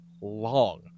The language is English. long